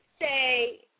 say